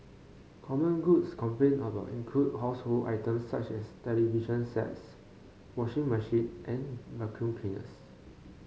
common goods complained about include household items such as television sets washing machine and vacuum cleaners